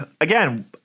again